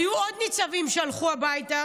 היו עוד ניצבים שהלכו הביתה,